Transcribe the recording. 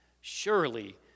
Surely